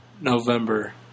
November